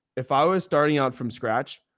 if i was starting out from scratch,